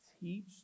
teach